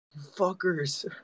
Fuckers